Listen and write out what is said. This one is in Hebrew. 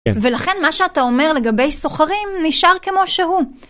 ולכן מה שאתה אומר לגבי סוחרים נשאר כמו שהוא.